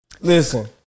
listen